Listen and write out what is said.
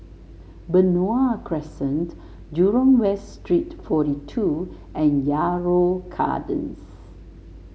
Benoi Crescent Jurong West Street forty two and Yarrow Gardens